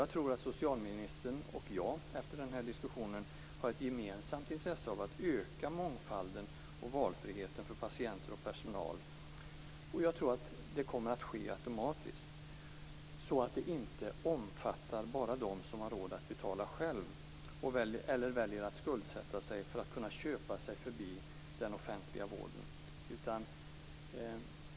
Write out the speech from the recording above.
Jag tror också att socialministern och jag, efter den här diskussionen, har ett gemensamt intresse av att öka mångfalden och valfriheten för patienter och personal. Och jag tror att det kommer att ske automatiskt så att det inte omfattar bara dem som har råd att betala själv eller väljer att skuldsätta sig för att kunna köpa sig förbi den offentliga vården.